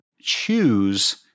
choose